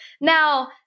Now